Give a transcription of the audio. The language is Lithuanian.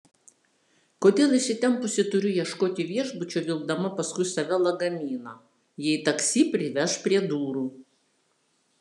kodėl įsitempusi turiu ieškoti viešbučio vilkdama paskui save lagaminą jei taksi priveš prie durų